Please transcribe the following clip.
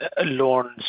loans